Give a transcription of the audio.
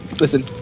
Listen